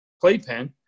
playpen